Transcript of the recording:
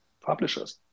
publishers